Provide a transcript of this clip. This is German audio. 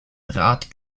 rat